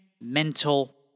mental